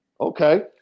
Okay